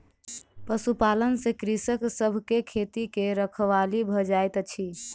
पशुपालन से कृषक सभ के खेती के रखवाली भ जाइत अछि